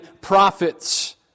prophets